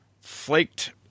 Flaked